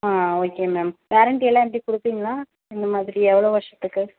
ஆ okay ma'am guarantee எல்லாம் எப்படி கொடுப்பீங்களா எந்த மாதிரி எவ்வளோ வருஷத்துக்கு